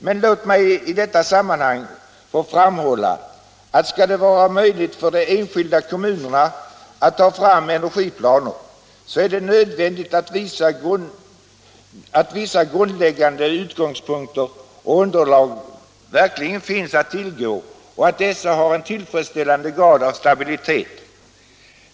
Men låt mig i detta sammanhang framhålla att skall det vara möjligt för de enskilda kommunerna att få fram energiplaner så är det nödvändigt att vissa grundläggande utgångspunkter och underlag verkligen finns att tillgå och att dessa har en tillfredsställande grad av stabilitet.